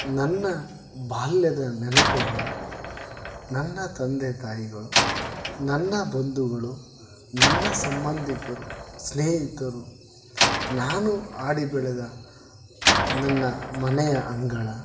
ನನ್ನ ಬಾಲ್ಯದ ನೆನಪುಗಳು ನನ್ನ ತಂದೆ ತಾಯಿಗಳು ನನ್ನ ಬಂಧುಗಳು ನನ್ನ ಸಂಬಂಧಿಕರು ಸ್ನೇಹಿತರು ನಾನು ಆಡಿ ಬೆಳೆದ ನನ್ನ ಮನೆಯ ಅಂಗಳ